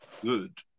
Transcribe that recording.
good